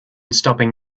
stopping